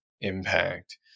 impact